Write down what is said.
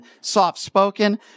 soft-spoken